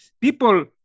people